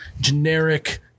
generic